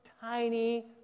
tiny